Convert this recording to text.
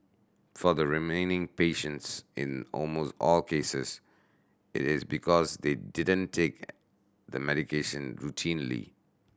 for the remaining patients in almost all cases it is because they didn't take the medication routinely